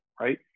right